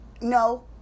no